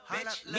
Bitch